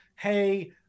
Hey